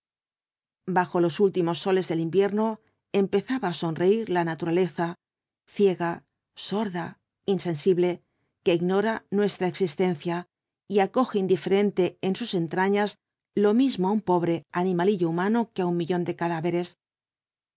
bajo los últimos soles del invierno empezaba á sonreír la naturaleza ciega sorda insensible que ignora nuestra existencia y acoge indiferente en sus entrañas lo mismo á un pobre animalillo humano que á un millón de cadáveres